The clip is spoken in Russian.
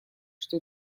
что